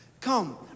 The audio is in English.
Come